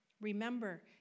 Remember